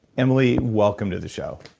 emily, welcome to the show